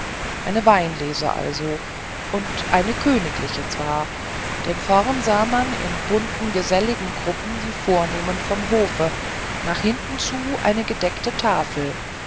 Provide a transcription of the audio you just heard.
eine weinlese also und eine königliche zwar denn vorn sah man in bunten geselligen gruppen die vornehmen vom hofe nach hinten zu eine gedeckte tafel